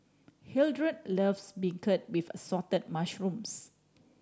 Hildred loves beancurd with Assorted Mushrooms